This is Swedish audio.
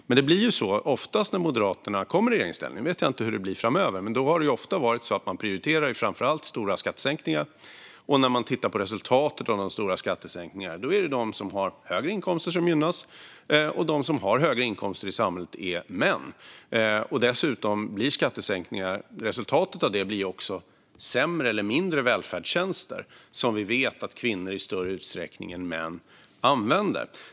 Jag vet inte hur det blir framöver, men när Moderaterna kommer i regeringsställning blir det ofta så att de framför allt prioriterar stora skattesänkningar. När man tittar på resultatet av dessa stora sänkningar är det de som har högre inkomster som gynnas, och de som har höga inkomster i samhället är män. Dessutom blir resultatet av skattesänkningar sämre eller mindre välfärdstjänster, som vi vet att kvinnor i större utsträckning än män använder.